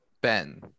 Ben